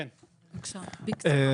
בבקשה.